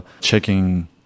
checking